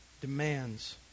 demands